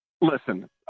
listen